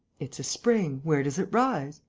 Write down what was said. it's a spring. where does it rise?